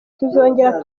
tuzongera